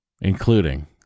including